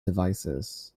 devices